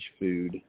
food